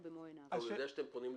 או שהוא יחשוף את המידע.